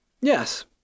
Yes